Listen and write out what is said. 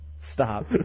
Stop